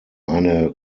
eine